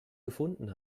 gefunden